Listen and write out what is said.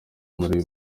muri